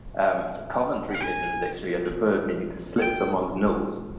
and coventry! is in the dictionary as a verb meaning to slit someone's nose.